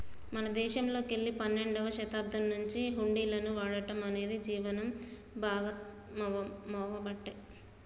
మన దేశంలోకెల్లి పన్నెండవ శతాబ్దం నుంచే హుండీలను వాడటం అనేది జీవనం భాగామవ్వబట్టే